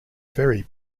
very